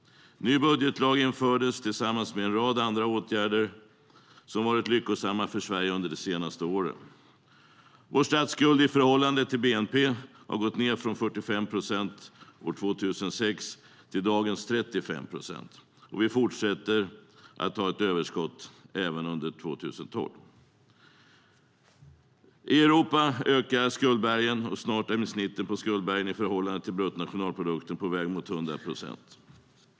Ny budgetlag infördes tillsammans med en rad andra åtgärder som har varit lyckosamma för Sverige under de senaste åren. Vår statsskuld i förhållande till BNP har gått ned från 45 procent år 2006 till dagens 35 procent, och vi fortsätter ha ett överskott även under 2012. I Europa ökar skuldbergen, och snart är snittet på skuldbergen i förhållande till bruttonationalprodukten på väg mot 100 procent.